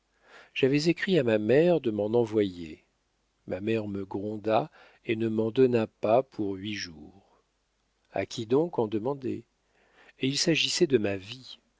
j'avais écrit à ma mère de m'en envoyer ma mère me gronda et ne m'en donna pas pour huit jours a qui donc en demander et il s'agissait de ma vie